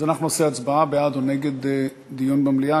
אז אנחנו נעשה הצבעה בעד או נגד דיון במליאה.